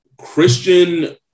Christian